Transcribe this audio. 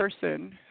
person